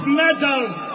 medals